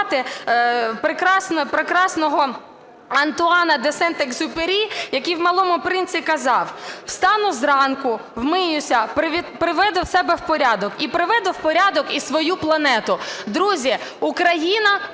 прекрасного Антуана де Сент-Екзюпері, який у "Малому принці" казав: " Встану зранку, вмиюся, приведу себе в порядок і приведу в порядок і свою планету". Друзі, Україна